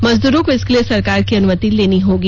मजदूरों को इसके लिए सरकार की अनुमति लेनी होगी